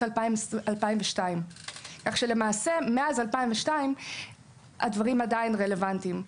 2002. למעשה מאז שנת 2002 הדברים עדיין רלוונטיים.